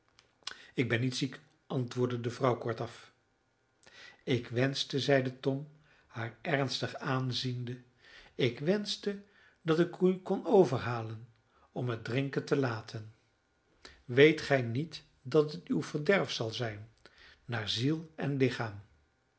ik ben niet ziek antwoordde de vrouw kortaf ik wenschte zeide tom haar ernstig aanziende ik wenschte dat ik u kon overhalen om het drinken te laten weet gij niet dat het uw verderf zal zijn naar ziel en lichaam